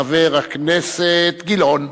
חבר הכנסת גילאון.